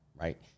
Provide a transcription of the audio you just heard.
right